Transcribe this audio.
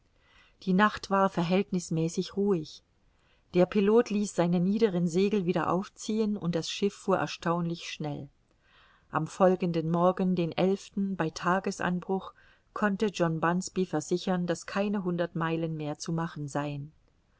die nacht war verhältnißmäßig ruhig der pilot ließ seine niederen segel wieder aufziehen und das schiff fuhr erstaunlich schnell am folgenden morgen den elften bei tagesanbruch konnte john bunsby versichern daß keine hundert meilen mehr zu machen seien